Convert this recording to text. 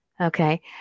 Okay